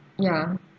ya